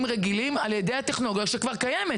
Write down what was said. רגילים על ידי הטכנולוגיה שכבר קיימת?